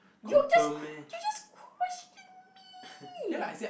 you were just did you just questioned me